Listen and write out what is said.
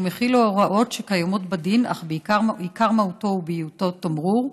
הוא מכיל הוראות שקיימות בדין אך עיקר מהותו הוא בהיותו תמרור,